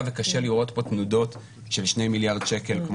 וקשה לראות פה תנודות של 2 מיליארד שקל.